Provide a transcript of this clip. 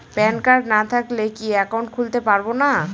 Pan card না থাকলে কি একাউন্ট খুলতে পারবো না?